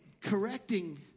correcting